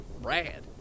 Brad